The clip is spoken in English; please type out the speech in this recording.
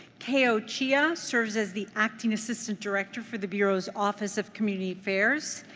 keo chea ah serves as the acting assistant director for the bureau's office of community affairs.